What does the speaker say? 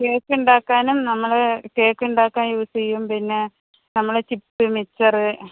കേക്കുണ്ടാക്കാനും നമ്മള് കേക്ക് ഉണ്ടാക്കാൻ യൂസ് ചെയ്യും പിന്നെ നമ്മള് ചിപ്സ് മിച്ചറ്